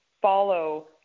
follow